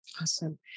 Awesome